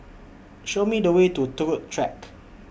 Show Me The Way to Turut Track